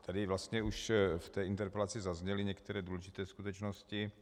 Tady vlastně už v té interpelaci zazněly některé důležité skutečnosti.